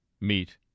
meet